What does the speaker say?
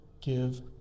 give